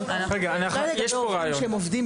זה לגבי עובדים שעובדים